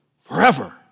Forever